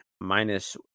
minus